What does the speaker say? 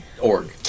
org